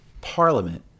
Parliament